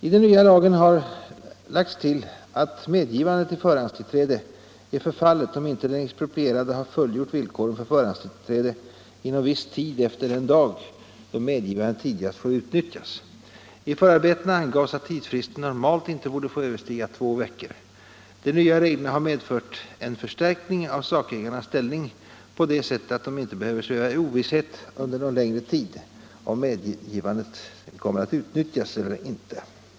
I den nya lagen har lagts till att medgivande till förhandstillträde är förfallet om inte den exproprierande har fullgjort villkoren för förhandstillträde inom viss tid efter den dag då medgivandet tidigast får utnyttjas. I förarbetena angavs att tidsfristen normalt inte borde överstiga två veckor. De nya reglerna har medfört en förstärkning av sakägarnas ställning så till vida att de inte behöver sväva i ovisshet under någon längre tid om medgivandet skall utnyttjas eller inte.